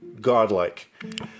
Godlike